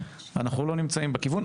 אנחנו לא נמצאים בכיוון.